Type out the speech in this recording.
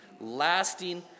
Lasting